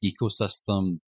ecosystem